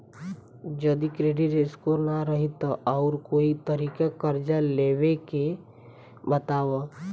जदि credit score ना रही त आऊर कोई तरीका कर्जा लेवे के बताव?